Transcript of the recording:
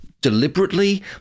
deliberately